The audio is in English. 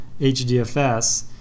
HDFS